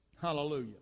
Hallelujah